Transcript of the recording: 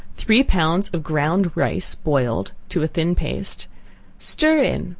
three pounds of ground rice boiled, to a thin paste stir in,